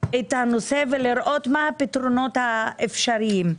את הנושא ולראות מה הפתרונות האפשריים.